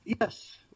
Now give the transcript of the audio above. yes